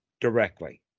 directly